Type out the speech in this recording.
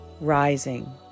rising